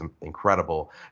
incredible